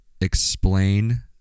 explain